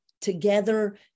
together